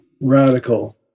radical